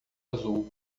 azul